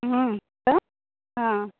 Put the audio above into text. हँ हेलो हँ